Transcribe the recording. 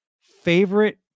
Favorite